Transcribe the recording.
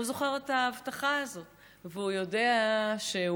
הוא זוכר את ההבטחה הזאת והוא יודע שהוא